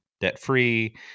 debt-free